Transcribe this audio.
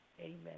Amen